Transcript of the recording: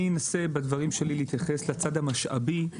אני אנסה בדבריי להתייחס לצד המשאבי,